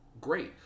great